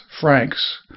Franks